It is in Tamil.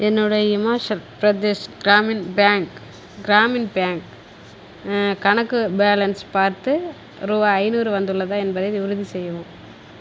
என்னுடைய இமாச்சல் பிரதேஷ் கிராமின் பேங்க் கிராமின் பேங்க் கணக்கு பேலன்ஸ் பார்த்து ரூ ஐநூறு வந்துள்ளதா என்பதை உறுதிசெய்யவும்